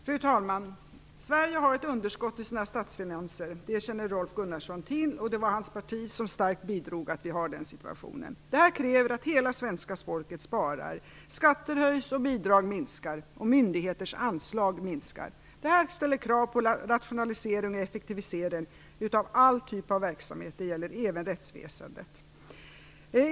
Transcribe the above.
Fru talman! Sverige har ett underskott i sina statsfinanser. Det känner Rolf Gunnarsson till, och det var hans parti som starkt bidrog till den situationen. Detta kräver att hela svenska folket sparar. Skatter höjs, bidrag minskar och myndigheters anslag minskar. Detta ställer krav på rationalisering och effektivisering av all typ av verksamhet, och det gäller även rättsväsendet.